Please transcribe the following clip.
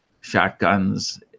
shotguns